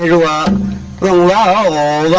yeah la la